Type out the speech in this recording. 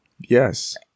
Yes